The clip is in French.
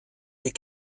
des